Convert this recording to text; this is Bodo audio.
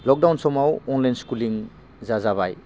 लकडाउन समाव अनलाइन स्कुलिं जा जाबाय